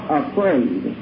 afraid